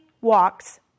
walks